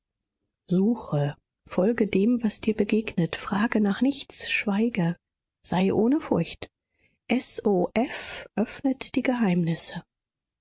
suche folge dem was dir begegnet frage nach nichts schweige sei ohne furcht s o f öffnet die geheimnisse